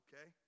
okay